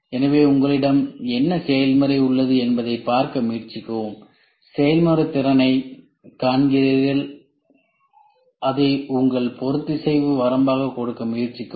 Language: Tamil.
எனவே உங்களிடம் என்ன செயல்முறை உள்ளது என்பதைப் பார்க்க முயற்சிக்கவும் செயல்முறை திறனைக் காண்கிறீர்கள் அதை உங்கள் பொறுத்திசைவு வரம்பாக கொடுக்க முயற்சிக்கவும்